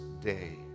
day